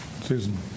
Susan